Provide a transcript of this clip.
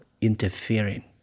interfering